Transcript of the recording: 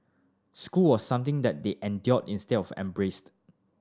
school was something that they endured instead of embraced